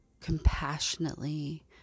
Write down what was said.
compassionately